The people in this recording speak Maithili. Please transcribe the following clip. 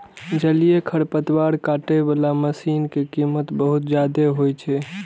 जलीय खरपतवार काटै बला मशीन के कीमत बहुत जादे होइ छै